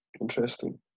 Interesting